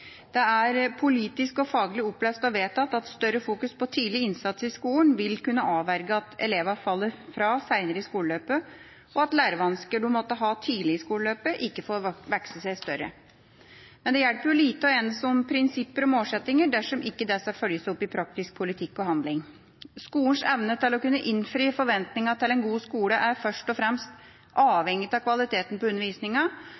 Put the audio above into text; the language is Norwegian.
Det er politisk og faglig opplest og vedtatt at større fokusering på tidlig innsats i skolen vil kunne avverge at elevene faller fra seinere i skoleløpet, og at lærevansker de måtte ha tidlig i skoleløpet, ikke får vokse seg større. Men det hjelper lite å enes om prinsipper og målsettinger dersom ikke disse følges opp i praktisk politikk og handling. Skolens evne til å kunne innfri forventningene til en god skole er først og fremst avhengig av kvaliteten på undervisninga